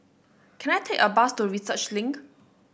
can I take a bus to Research Link